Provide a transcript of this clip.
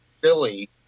Philly